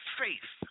faith